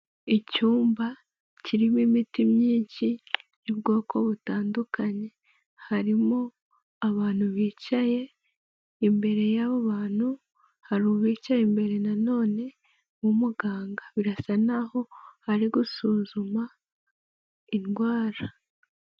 Icyumba kirimo imiti myinshi y'ubwoko butandukanye, harimo abantu bicaye, imbere y'abo bantu hari uwicaye imbere nanone w'umuganga. Birasa naho ari gusuzuma indwara.